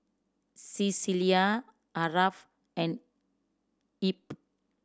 Cecelia Aarav and Ebb